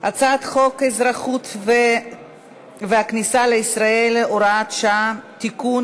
הצעת חוק האזרחות והכניסה לישראל (הוראת שעה) (תיקון,